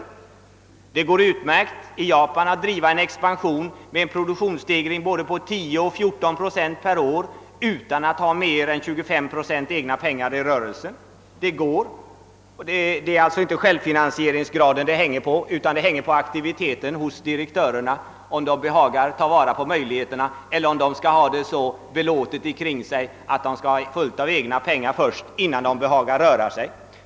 I Japan går det alldeles utmärkt att driva en expansion med en produktionsstegring på både 10 och 14 procent per år utan att ha mer än 25 procent egna pengar i rörelsen. Det är alltså inte självfinansieringsgraden det hänger på, utan det hänger på aktiviteten hos direktörerna och på om dessa kan ta vara på möjligheterna eller om de först skall ha fullt av eget kapital innan de vågar röra sig.